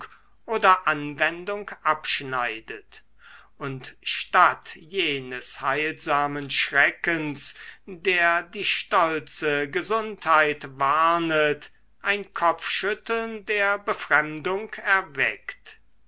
oder anwendung abschneidet und statt jenes heilsamen schreckens der die stolze gesundheit warnet ein kopfschütteln der befremdung erweckt